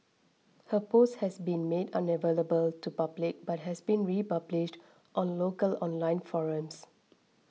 her post has since been made unavailable to public but has been republished on local online forums